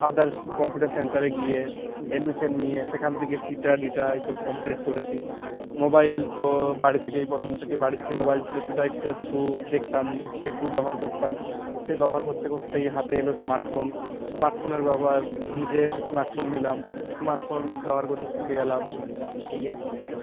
others computer সেন্টারে গিয়ে admission নিয়ে সেখান থেকে সিটা ডিটা এইসব কমপ্লিট করেছি মোবাইল তো বাড়ি থেকেই প্রথম থেকেই বাড়ির যে মোবাইল ছিলো সেটা একটু একটু দেখতাম একটু ব্যবহার করতাম সেই ব্যবহার করতে করতেই হাতে এলো স্মার্টফোন স্মার্টফোনের ব্যবহার নিজে স্মার্টফোন নিলাম স্মার্টফোন ব্যবহার করতে শিখে গেলাম এই আর কি